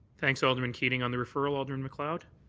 thanks, alderman keating. on the referral, alderman macleod?